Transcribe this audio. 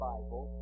Bible